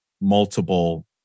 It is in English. multiple